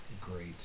Great